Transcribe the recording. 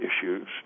issues